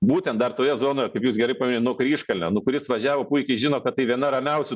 būtent dar toje zonoje kaip jūs gerai paminėjot nuo kryžkalnio nu kuris važiavo puikiai žino kad tai viena ramiausių